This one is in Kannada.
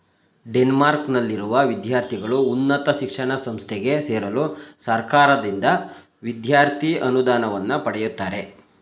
ಡೆನ್ಮಾರ್ಕ್ನಲ್ಲಿರುವ ವಿದ್ಯಾರ್ಥಿಗಳು ಉನ್ನತ ಶಿಕ್ಷಣ ಸಂಸ್ಥೆಗೆ ಸೇರಲು ಸರ್ಕಾರದಿಂದ ವಿದ್ಯಾರ್ಥಿ ಅನುದಾನವನ್ನ ಪಡೆಯುತ್ತಾರೆ